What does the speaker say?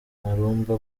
marumba